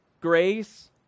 grace